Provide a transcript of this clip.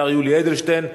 השר יולי אדלשטיין,